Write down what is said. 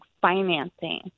financing